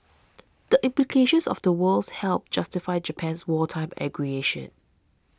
the implications of the words helped justify Japan's wartime aggression